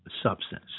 substance